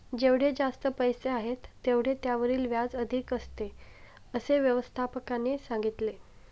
जेवढे जास्त पैसे आहेत, तेवढे त्यावरील व्याज अधिक असते, असे व्यवस्थापकाने सांगितले